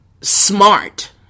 smart